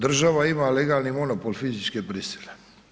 Država ima legalni monopol fizičke prisile.